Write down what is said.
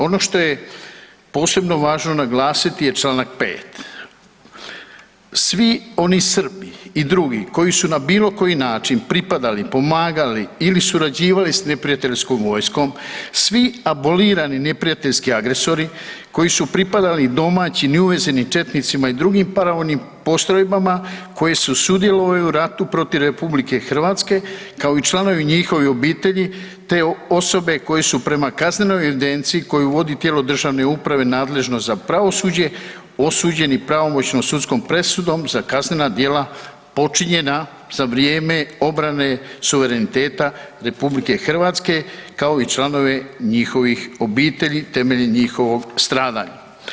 Ono što je posebno važno naglasiti je članak 5. Svi oni Srbi i drugi koji su na bilo koji način pripadali, pomagali ili surađivali sa neprijateljskom vojskom, svi abolirani neprijateljski agresori koji su pripadali domaćim i uvezenim četnicima i drugim paravojnim postrojbama koji su sudjelovali u ratu protiv RH kao i članovi njihovih obitelji, te osobe koje su prema kaznenoj evidenciji koje vodi tijelo državne uprave nadležno za pravosuđe osuđeni pravomoćnom sudskom presudom za kaznena djela počinjena za vrijeme obrane suvereniteta RH kao i članove njihovih obitelji temeljem njihovog stradanja.